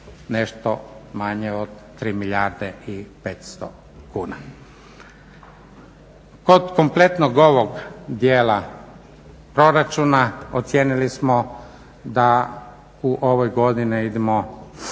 nešto manje od 3 milijarde i 500 kuna. Kod kompletnog ovog djela proračuna ocijenili smo da u ovoj godini idemo